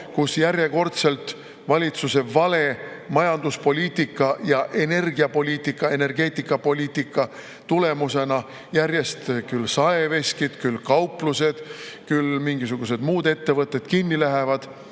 kus järjekordselt valitsuse vale majanduspoliitika ja energiapoliitika, energeetikapoliitika tulemusena järjest küll saeveskid, küll kauplused, küll muud ettevõtted kinni lähevad.